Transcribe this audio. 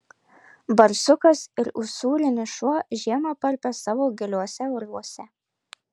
barsukas ir usūrinis šuo žiemą parpia savo giliuose urvuose